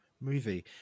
movie